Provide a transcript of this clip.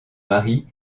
mari